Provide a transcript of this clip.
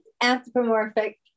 anthropomorphic